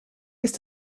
ist